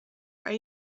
are